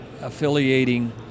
affiliating